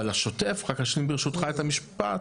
אבל השוטף, רק אשלים ברשותך את המשפט,